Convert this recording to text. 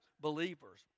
believers